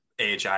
AHI